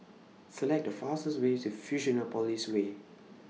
Select The fastest Way to Fusionopolis Way